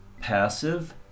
passive